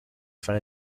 fra